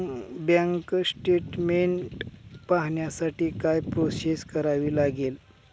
Bank statement पाहण्यासाठी काय process करावी लागेल?